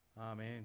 Amen